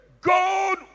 God